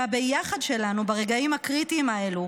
שהביחד שלנו ברגעים הקריטיים האלו,